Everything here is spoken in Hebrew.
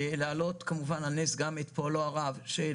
אני רוצה להעלות על נס גם את פועלו הרב של